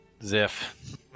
Ziff